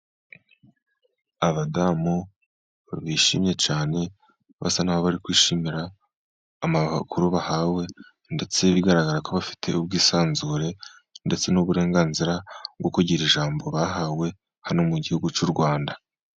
Abadamu bishimye cyane, basa n’aho bari kwishimira amakuru bahawe. Ndetse bigaragara ko bafite ubwisanzure ndetse n’uburenganzira bwo kugira ijambo bahawe hano mu gihugu cy’u Rwanda.